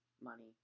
money